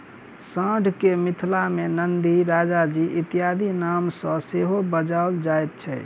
साँढ़ के मिथिला मे नंदी, राजाजी इत्यादिक नाम सॅ सेहो बजाओल जाइत छै